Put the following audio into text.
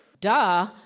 Duh